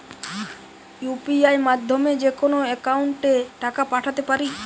UPI মাধ্যমে যেকোনো একাউন্টে টাকা পাঠাতে পারি?